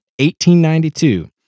1892